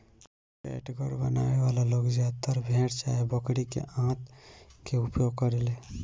catgut बनावे वाला लोग ज्यादातर भेड़ चाहे बकरी के आंत के उपयोग करेले